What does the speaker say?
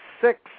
six